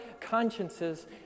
consciences